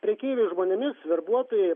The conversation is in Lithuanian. prekeivių žmonėmis verbuotojai